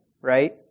right